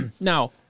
Now